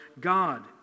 God